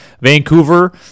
vancouver